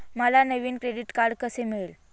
मला नवीन credit card कसे मिळेल?